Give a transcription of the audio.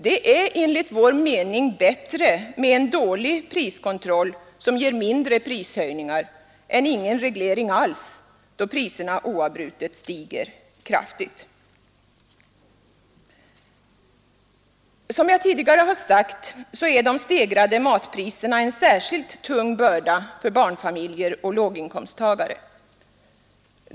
Det är enligt vår mening bättre med en dålig priskontroll som ger mindre prishöjningar än med ingen prisreglering alls, då priserna oavbrutet stiger kraftigt. Som jag tidigare sagt är de stegrade matpriserna en särskilt tung börda för barnfamiljer och låginkomsttagare.